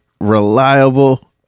reliable